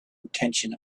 intention